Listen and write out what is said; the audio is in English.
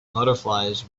butterflies